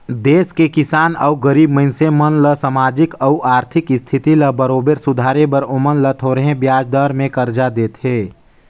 देस के किसान अउ गरीब मइनसे मन ल सामाजिक अउ आरथिक इस्थिति ल बरोबर सुधारे बर ओमन ल थो रहें बियाज दर में करजा देथे